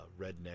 redneck